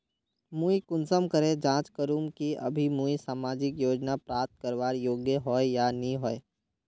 मुई कुंसम करे जाँच करूम की अभी मुई सामाजिक योजना प्राप्त करवार योग्य होई या नी होई?